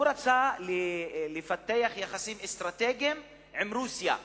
הוא רצה לפתח יחסים אסטרטגיים עם רוסיה,